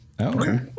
Okay